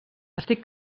estic